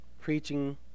preaching